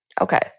Okay